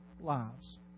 lives